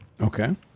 okay